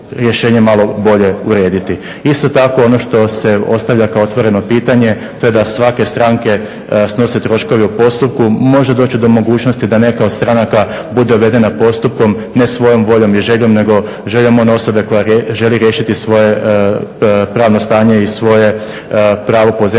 Isto tako ono što se ostavlja kao otvoreno pitanje to je da svake stranke snose troškove u postupku. Može doći do mogućnosti da neka od stranaka bude uvedena postupkom ne svojom voljom i željom nego željom one osobe koja želi riješiti svoje pravno stanje i svoje pravo po